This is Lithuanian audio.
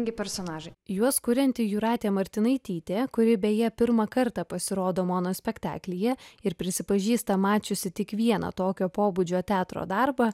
kai personažai juos kurianti jūratė martinaitytė kuri beje pirmą kartą pasirodo monospektaklyje ir prisipažįsta mačiusi tik vieną tokio pobūdžio teatro darbą